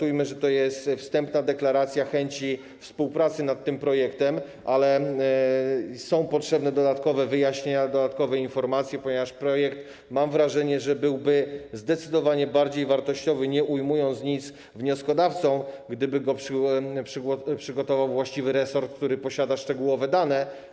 Uznajmy, że to jest wstępna deklaracja chęci współpracy nad tym projektem, ale są potrzebne dodatkowe wyjaśnienia, dodatkowe informacje, ponieważ mam wrażenie, że projekt byłby zdecydowanie bardziej wartościowy, nie ujmując niczego wnioskodawcom, gdyby przygotował go właściwy resort, który posiada szczegółowe dane.